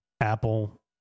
Apple